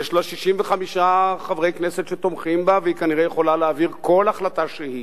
יש לה 65 חברי כנסת שתומכים בה והיא כנראה יכולה להעביר כל החלטה שהיא,